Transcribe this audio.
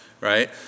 right